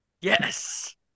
Yes